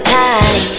time